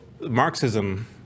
Marxism